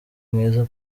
mwiza